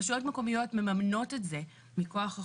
רשויות מקומיות מממנות את זה מכוח החוק,